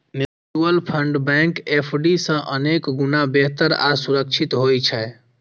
mutual fund bank FD सं अनेक गुणा बेहतर आ सुरक्षित होइ छै